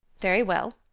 very well.